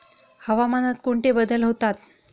हवामानात कोणते बदल होतात?